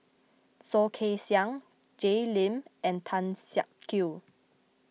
Soh Kay Siang Jay Lim and Tan Siak Kew